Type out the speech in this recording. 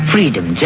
Freedom